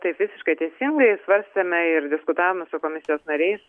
taip visiškai teisingai svarstėme ir diskutavome su komisijos nariais